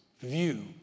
view